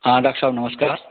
हाँ डॉक्ट साब नमस्कार